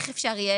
8,000 שקל יגיע